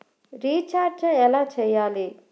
Recharge ఎలా చెయ్యాలి?